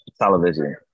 television